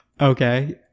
Okay